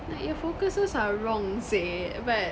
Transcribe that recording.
like your focuses are wrong seh but